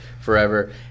forever